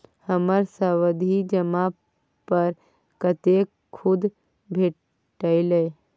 हमर सावधि जमा पर कतेक सूद भेटलै?